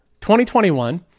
2021